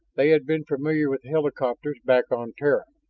they had been familiar with helicopters back on terra.